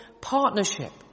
partnership